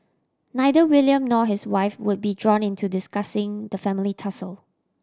neither William nor his wife would be drawn into discussing the family tussle